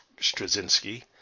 Straczynski